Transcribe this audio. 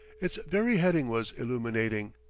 its very heading was illuminating